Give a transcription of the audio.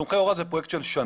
תומכי הוראה זה פרויקט של שנה.